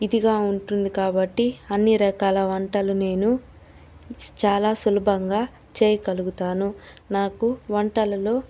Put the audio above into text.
ఇదిగా ఉంటుంది కాబట్టి అన్ని రకాల వంటలు నేను చాలా సులభంగా చేయగలుగుతాను నాకు వంటలలో